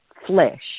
Flesh